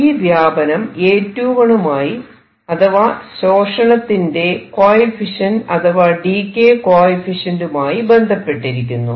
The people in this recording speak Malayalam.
ഈ വ്യാപനം A21 മായി അഥവാ ശോഷണത്തിന്റെ കോയെഫിഷ്യന്റ് അഥവാ ഡീകേ കോയെഫിഷ്യന്റ് മായി ബന്ധപ്പെട്ടിരിക്കുന്നു